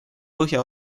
põhja